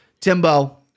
Timbo